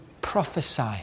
prophesy